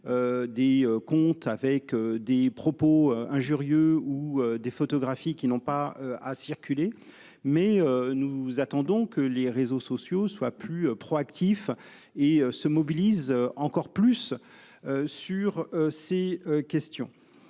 Des comptes avec des propos injurieux ou des photographies qui n'ont pas à circuler mais. Nous attendons que les réseaux sociaux soit plus proactif et se mobilisent encore plus. Sur ces questions.